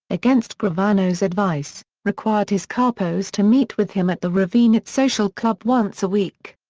against gravano's advice, required his capos to meet with him at the ravenite social club once a week.